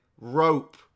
Rope